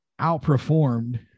outperformed